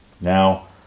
Now